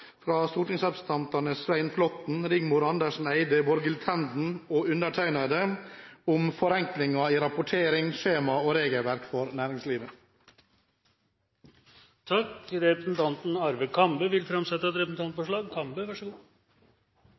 stortingsrepresentantene Svein Flåtten, Rigmor Andersen Eide, Borghild Tenden og meg selv om forenklinger i rapportering, skjemaer og regelverk for næringslivet. Representanten Arve Kambe vil framsette et representantforslag.